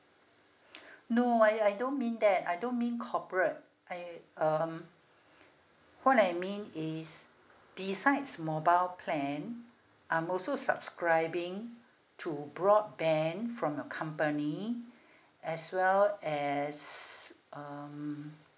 no I I don't mean that I don't mean corporate I um what I mean is besides mobile plan I'm also subscribing to broadband from your company as well as um